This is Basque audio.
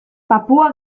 papua